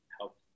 help